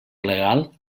legal